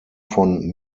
von